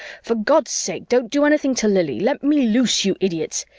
for god's sake, don't do anything to lili! let me loose, you idiots!